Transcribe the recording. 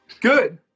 good